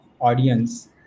audience